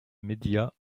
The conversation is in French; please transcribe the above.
média